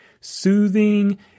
soothing